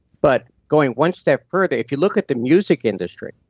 but going one step further, if you look at the music industry,